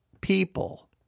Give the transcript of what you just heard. people